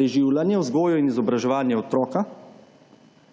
preživljanje, vzgojo in izobraževanje otroka,